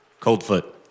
Coldfoot